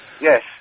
Yes